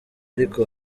ariko